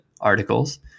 articles